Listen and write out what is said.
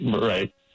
Right